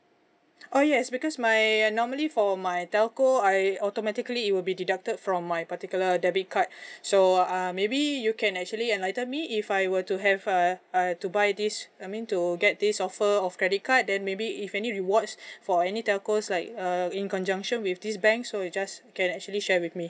oh yes because my uh normally for my telco I automatically it will be deducted from my particular debit card so uh maybe you can actually enlighten me if I were to have err err to buy this I mean to get this offer of credit card then maybe if any rewards for any telcos like err in conjunction with this bank so you just can actually share with me